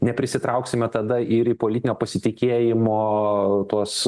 neprisitrauksime tada ir į politinio pasitikėjimo tuos